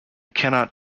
cannot